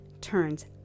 turns